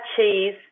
cheese